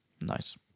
Nice